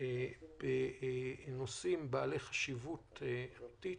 בנושאים בעלי חשיבות מהותית,